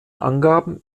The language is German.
angaben